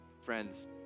Friends